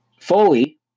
Foley